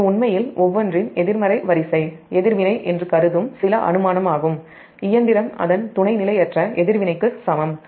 எனவே இது உண்மையில் ஒவ்வொன்றின் எதிர்மறை வரிசை எதிர்வினை என்று கருதும் சில அனுமானமாகும் இயந்திரம் அதன் துணை நிலையற்ற எதிர்வினைக்கு சமம்